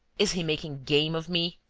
is he making game of me?